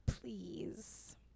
please